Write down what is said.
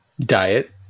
diet